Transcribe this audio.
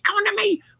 economy